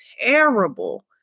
terrible